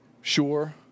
Sure